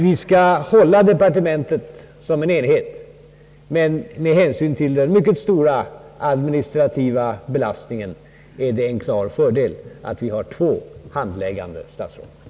Vi skall hålla departementet som en enhet, men med hänsyn till den mycket stora administrativa belastningen är det en klar fördel att vi har två handläggande statsråd.